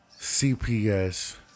CPS